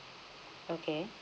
okay